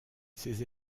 ses